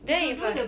then if I